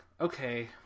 Okay